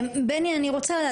בני אני רוצה לדעת,